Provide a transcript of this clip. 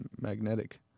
magnetic